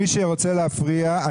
מי שרוצה להפריע,